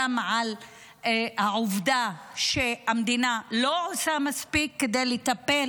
גם על העובדה שהמדינה לא עושה מספיק לטפל